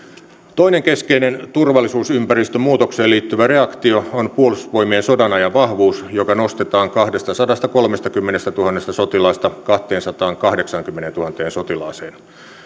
toinen keskeinen turvallisuusympäristön muutokseen liittyvä reaktio on puolustusvoimien sodanajan vahvuus joka nostetaan kahdestasadastakolmestakymmenestätuhannesta sotilaasta kahteensataankahdeksaankymmeneentuhanteen sotilaaseen